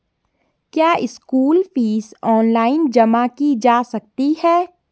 क्या school fees online जमा की जा सकती है?